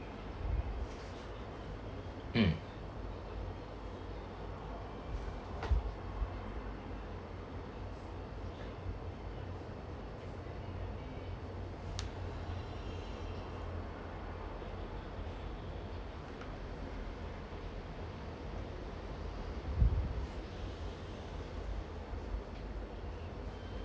mm